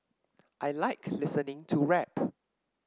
I like listening to rap